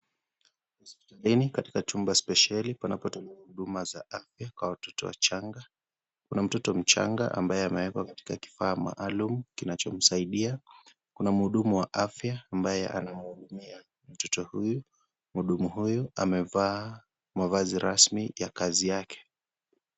Hospitalini katika chumba spesheli panapotolewa huduma za afya kwa watoto wachanga, kuna mtoto mchanga ambaye amewekwa katika kifaa maalum kinachomsaidia. Kuna mhudumu wa afya ambaye anahudumia mtoto huyu. Mhudumu huyu amevaa mavazi rasmi ya Kazi yake.